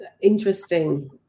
interesting